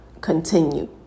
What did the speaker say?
continue